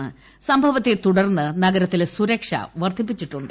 ൻ ഭൂവത്തെ തൂടർന്ന് നഗരത്തിലെ സൂരക്ഷ വർദ്ധിപ്പിച്ചിട്ടുണ്ട്